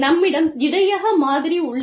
நம்மிடம் இடையக மாதிரி உள்ளது